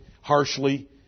harshly